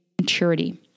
maturity